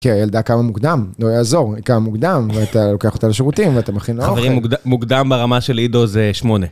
כי הילדה קמה מוקדם, לא יעזור, היא קמה מוקדם ואתה לוקח אותה לשירותים ואתה מכין לה אוכל. חברים, מוקדם ברמה של עידו זה שמונה.